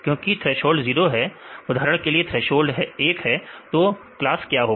क्योंकि थ्रेसोल्ड 0 है 1 है उदाहरण के लिए थ्रेसोल्ड 1 है तो क्लास क्या होगा